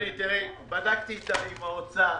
בדקתי עם האוצר.